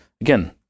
again